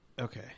Okay